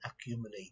accumulate